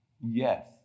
Yes